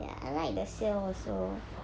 ya I like the seal also